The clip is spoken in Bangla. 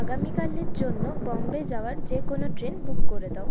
আগামীকালের জন্য বম্বে যাওয়ার যে কোনো ট্রেন বুক করে দাও